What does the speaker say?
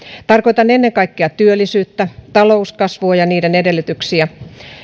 tarkoitan ennen kaikkea työllisyyttä talouskasvua ja niiden edellytyksiä